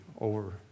over